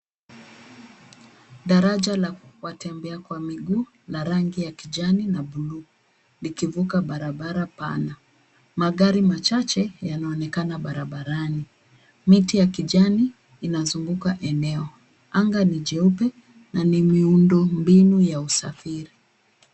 Daraja la watembea kwa miguu la rangi ya kijani na buluu likivuka barabara pana. Magari machache yanaonekana barabarani. Miti ya kijani inazunguka eneo. Anga ni jeupe na ni miundombinu ya usafiri.